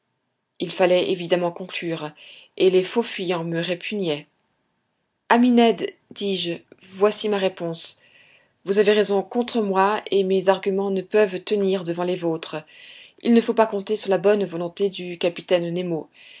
il fallait évidemment conclure et les faux fuyants me répugnaient ami ned dis-je voici ma réponse vous avez raison contre moi et mes arguments ne peuvent tenir devant les vôtres il ne faut pas compter sur la bonne volonté du capitaine nemo